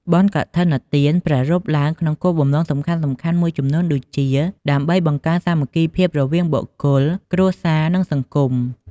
បុណ្យកឋិនទាន ប្រារព្ធឡើងក្នុងគោលបំណងសំខាន់ៗមួយចំនួនដូចជា ដើម្បីបង្កើនសាមគ្គីភាពរវាងបុគ្គល គ្រួសារ និងសង្គម។